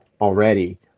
already